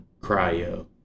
cryo